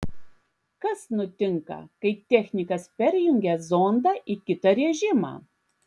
kas nutinka kai technikas perjungia zondą į kitą režimą